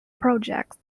projects